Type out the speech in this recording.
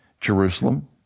Jerusalem